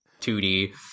2d